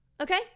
Okay